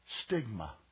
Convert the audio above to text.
stigma